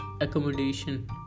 accommodation